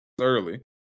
early